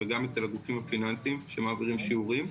וגם אצל הגופים הפיננסיים שמעבירים שיעורים.